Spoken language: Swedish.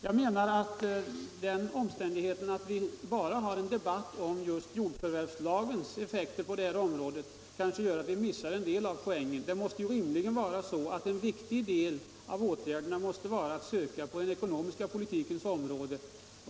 Jag anser att om vi bara för en debatt om jordförvärvslagens effekter på ett område, kan vi missa dess effekter på andra områden. En viktig del av orsakerna måste vara att söka på den ekonomiska politikens område.